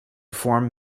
form